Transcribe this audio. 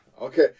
okay